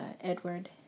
Edward